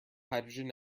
hydrogen